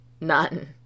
None